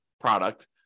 product